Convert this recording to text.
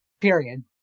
Period